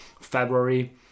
February